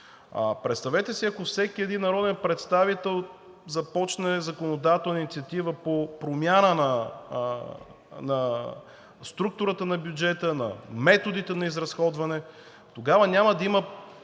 Представете си, ако всеки един народен представител започне законодателна инициатива по промяна на структурата на бюджета, на методите на изразходване, тогава няма да има